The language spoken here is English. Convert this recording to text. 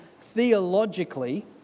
theologically